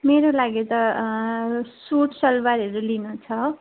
मेरो लागि त सुट सलवारहरू लिनु छ